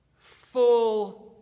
Full